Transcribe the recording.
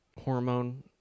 hormone